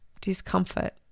discomfort